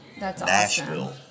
Nashville